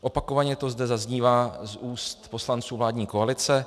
Opakovaně to zde zaznívá z úst poslanců vládní koalice.